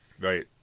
Right